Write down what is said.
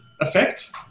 effect